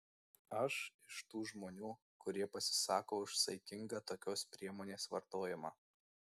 aš iš tų žmonių kurie pasisako už saikingą tokios priemonės vartojimą